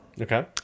Okay